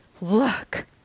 look